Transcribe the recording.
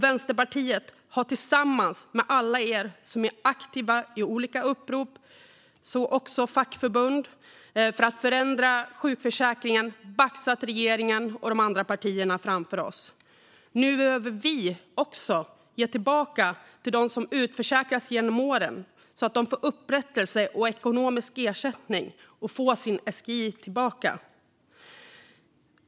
Vänsterpartiet har tillsammans med alla er som är aktiva i olika upprop och också fackförbund för att förändra sjukförsäkringen baxat regeringen och de andra partier framför oss. Nu behöver vi också ge tillbaka till dem som utförsäkrats genom åren så att de får upprättelse och ekonomisk ersättning och får sin SGI tillbaka.